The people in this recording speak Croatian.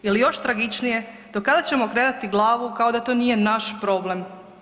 Ili još tragičnije, do kada ćemo okretati glavu kao da to nije naš problem?